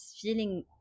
feeling